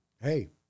hey